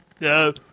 No